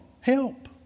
Help